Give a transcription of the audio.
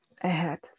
ahead